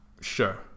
Sure